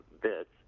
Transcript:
bits